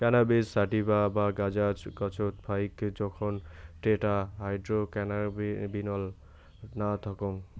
cannabis sativa বা গাঁজার গছত ফাইক জোখন টেট্রাহাইড্রোক্যানাবিনোল না থাকং